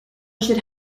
should